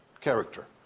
character